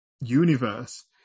universe